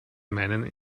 meinen